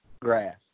grass